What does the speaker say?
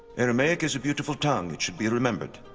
aramaic is a beautiful tongue, it should be remembered.